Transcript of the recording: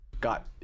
got